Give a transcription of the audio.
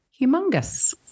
humongous